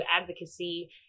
advocacy